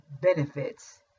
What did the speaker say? benefits